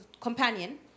companion